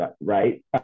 right